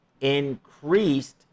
increased